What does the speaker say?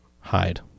hide